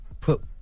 put